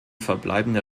verbleibende